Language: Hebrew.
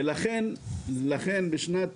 ולכן בשנת